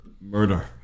Murder